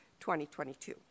2022